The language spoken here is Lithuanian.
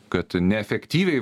kad neefektyviai